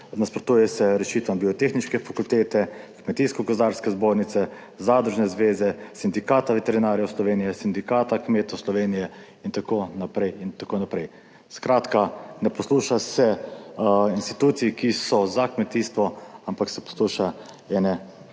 nasprotuje se rešitvam Biotehniške fakultete, Kmetijsko gozdarske zbornice, Zadružne zveze, Sindikata veterinarjev Slovenije, Sindikata kmetov Slovenije in tako naprej in tako naprej. Skratka, ne posluša se institucij, ki so za kmetijstvo, ampak se posluša ene